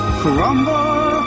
crumble